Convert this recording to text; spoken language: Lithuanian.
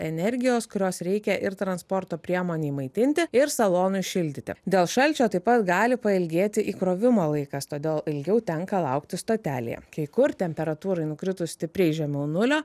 energijos kurios reikia ir transporto priemonei maitinti ir salonui šildyti dėl šalčio taip pat gali pailgėti įkrovimo laikas todėl ilgiau tenka laukti stotelėje kai kur temperatūrai nukritus stipriai žemiau nulio